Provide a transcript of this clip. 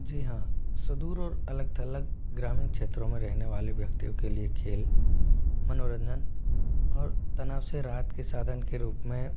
जी हाँ सुदूर और अलग थलग ग्रामीण क्षेत्रों में रहने वाले व्यक्तियों के लिए खेल मनोरंजन और तनाव से राहत के साधन के रुप में